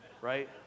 Right